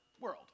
world